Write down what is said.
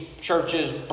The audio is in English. churches